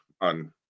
on